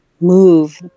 move